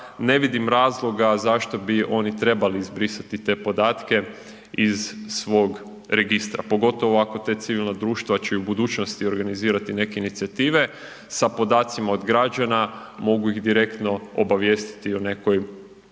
ne vidim razloga zašto bi oni trebali izbrisati te podatke iz svog registra, pogotovo ako ta civilna društva će i u budućnosti organizirati neke inicijative sa podacima od građana, mogu ih direktno obavijestiti o nekoj novoj